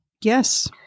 Yes